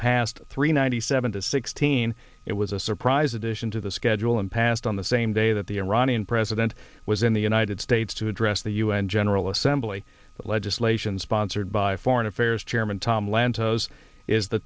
passed three ninety seven to sixteen it was a surprise addition to the schedule and passed on the same day that the iranian president was in the united states to address the u n general assembly legislation sponsored by foreign affairs chairman tom lantos is the